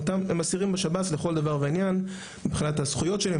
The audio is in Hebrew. אסירים בשב"ס לכל דבר ועניין מבחינת הזכויות שלהם,